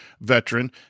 veteran